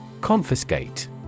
Confiscate